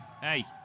Hey